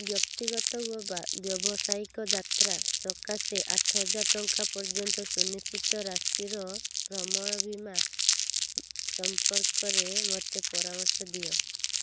ବ୍ୟକ୍ତିଗତ ଓ ବ୍ୟାବସାୟିକ ଯାତ୍ରା ସକାଶେ ଆଠହଜାର ଟଙ୍କା ପର୍ଯ୍ୟନ୍ତ ସୁନିଶ୍ଚିତ ରାଶିର ଭ୍ରମଣ ବୀମା ସମ୍ପର୍କରେ ମୋତେ ପରାମର୍ଶ ଦିଅ